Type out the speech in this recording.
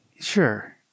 Sure